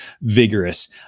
vigorous